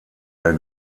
der